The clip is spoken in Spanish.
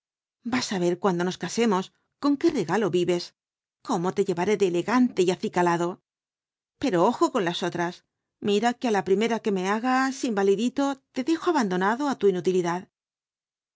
vas á ver cuando nos casemos con qué regalo vives cómo te llevaré de elegante y acicalado pero ojo con las otras mira que á la primera que me hagas invalidito te dejo abandonado á tu inutilidad